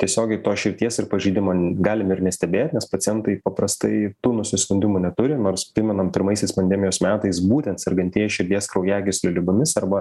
tiesiogiai tos širdies ir pažeidimo galim ir nestebėt nes pacientai paprastai tų nusiskundimų neturi nors primenam pirmaisiais pandemijos metais būtent sergantieji širdies kraujagyslių ligomis arba